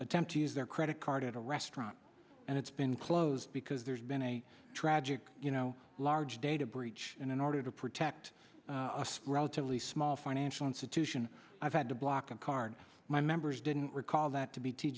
attempt to use their credit card at a restaurant and it's been closed because there's been a tragic you know large data breach and in order to protect a screw out of the small financial institution i've had to block and card my members didn't recall that to be t